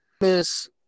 miss